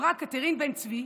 אמרה קתרין בן צבי,